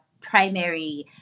primary